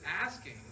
asking